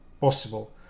possible